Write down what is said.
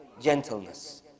gentleness